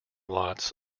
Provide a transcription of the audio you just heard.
lots